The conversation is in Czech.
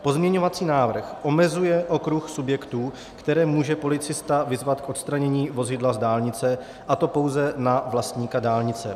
Pozměňovací návrh omezuje okruh subjektů, které může policista vyzvat k odstranění vozidla z dálnice, a to pouze na vlastníka dálnice.